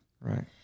Right